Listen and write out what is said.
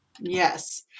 Yes